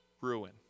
ruin